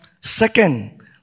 Second